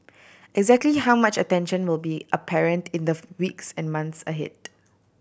exactly how much attention will be apparent in the weeks and months ahead